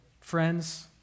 friends